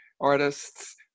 artists